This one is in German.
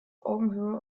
augenhöhe